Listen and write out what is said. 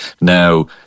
Now